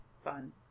fun